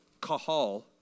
kahal